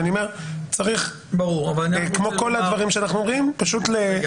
אני אומר שכמו כל הדברים שאנחנו אומרים -- בהקשר